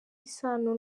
isano